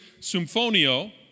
symphonio